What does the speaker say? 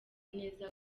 neza